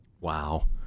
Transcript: Wow